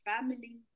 family